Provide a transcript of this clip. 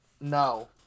No